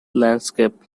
landscape